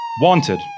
Wanted